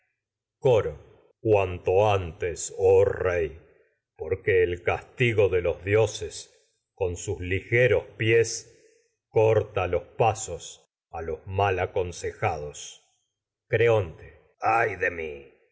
que debo antes oh rey porque el castigo de pasos a dioses con sus ligeros pies corta los los malaconsejados creonte contra ay de me